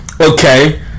Okay